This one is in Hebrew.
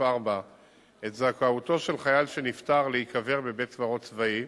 4 את זכאותו של חייל שנפטר להיקבר בבית-קברות צבאי,